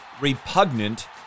repugnant